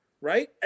right